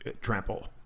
trample